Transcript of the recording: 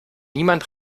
niemand